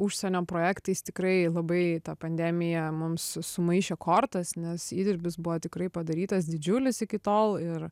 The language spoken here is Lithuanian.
užsienio projektais tikrai labai ta pandemija mums sumaišė kortas nes įdirbis buvo tikrai padarytas didžiulis iki tol ir